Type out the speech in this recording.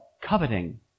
coveting